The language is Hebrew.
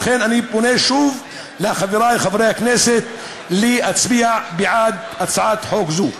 לכן אני פונה שוב לחברי חברי הכנסת להצביע בעד הצעת חוק זו.